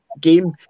game